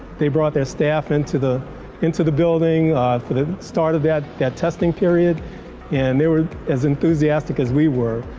they brought their staff into the into the building for the start of that that testing period and they were as enthusiastic as we were.